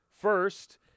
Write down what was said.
First